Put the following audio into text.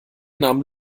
nahm